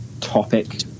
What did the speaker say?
topic